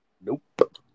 Nope